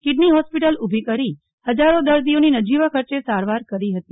kidney hospital ઉભી કરી હજારો દર્દીઓની નજીવા ખર્ચે સારવાર કરી હતી